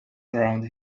around